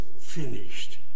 finished